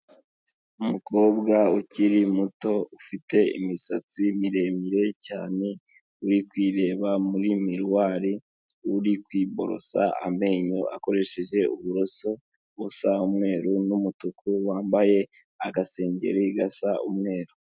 Umukobwa ukiri muto ufite imisatsi miremire cyane, uri kwireba muri miruwari uri kwiborosa amenyo, akoresheje uburoso busa umweru n'umutuku, wambaye agasengeri gasa umweru.